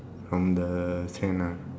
from the sand ah